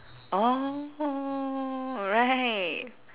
oh right